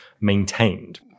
maintained